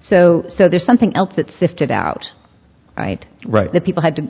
so so there's something else that sifted out right that people had to